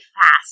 fast